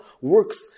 works